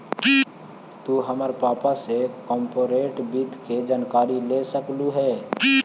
तु हमर पापा से कॉर्पोरेट वित्त के जानकारी ले सकलहुं हे